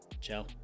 ciao